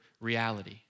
reality